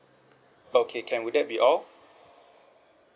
okay can will that be all